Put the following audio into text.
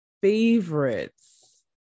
favorites